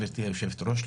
גברתי היושבת-ראש,